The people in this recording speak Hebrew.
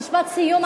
משפט סיום עכשיו,